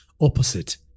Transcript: opposite